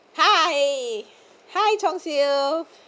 hi hi chong-siu